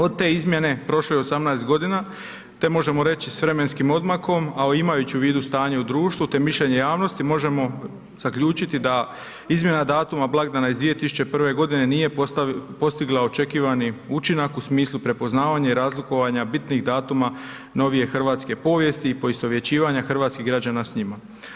Od te izmjene prošlo je 18. g. te možemo reći s vremenskim odmakom, a imajući u vidu stanje u društvu te mišljenje javnosti, možemo zaključiti da izmjena datuma blagdana iz 2001. g. nije postigla očekivani učinak u smislu prepoznavanja i razlikovanja bitnih datuma novije hrvatske povijesti i poistovjećivanja hrvatskih građana s njima.